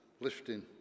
lifting